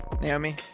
Naomi